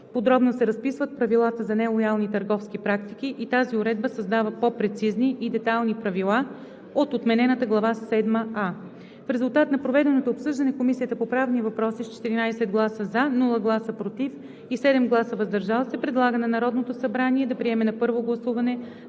подробно се разписват правилата за нелоялни търговски практики и тази уредба създава по-прецизни и детайлни правила от отменената Глава седма „а“. В резултат на проведеното обсъждане Комисията по правни въпроси с 14 гласа „за“, без гласове „против“ и 7 гласа „въздържал се“ предлага на Народното събрание да приеме на първо гласуване